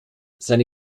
seine